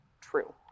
true